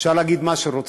אפשר להגיד מה שרוצים,